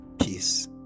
Peace